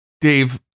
Dave